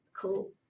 cool